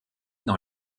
dans